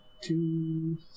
Two